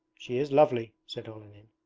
she is lovely said olenin.